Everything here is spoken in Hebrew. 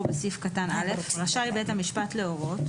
בסעיף קטן (א) רשאי בית המשפט להורות,